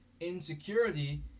insecurity